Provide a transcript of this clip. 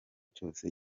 cyose